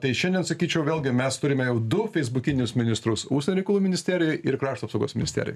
tai šiandien sakyčiau vėlgi mes turime jau du feisbukinis ministrus užsienio reikalų ministerijoj ir krašto apsaugos ministerijoj